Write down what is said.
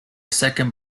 second